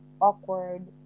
awkward